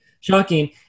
Shocking